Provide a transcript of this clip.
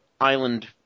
Island